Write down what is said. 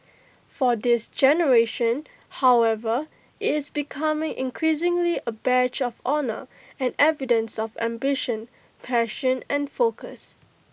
for this generation however IT is becoming increasingly A badge of honour and evidence of ambition passion and focus